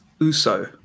Uso